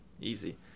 Easy